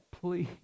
please